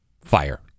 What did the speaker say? fire